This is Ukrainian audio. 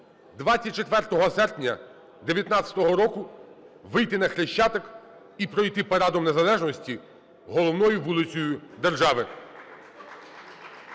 24 серпня 19-го року вийти на Хрещатик і пройти парадом незалежності головною вулицею держави.